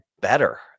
better